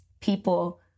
people